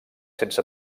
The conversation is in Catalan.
sense